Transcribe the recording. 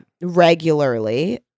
Regularly